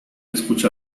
escucha